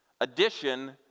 Addition